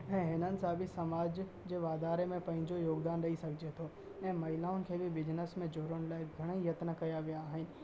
ऐं हिननि सां बि समाज जे वाधारे में पंहिंजो योगदान ॾई सघिजे थो ऐं महिलाउनि खे बि बिजनिस में जुड़ण लाइ घणेई यत्न कया विया आहिनि